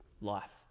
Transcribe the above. life